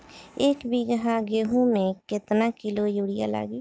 एक बीगहा गेहूं में केतना किलो युरिया लागी?